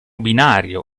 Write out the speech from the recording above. binario